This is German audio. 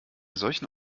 solchen